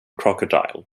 crocodile